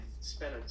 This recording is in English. spent